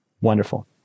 Wonderful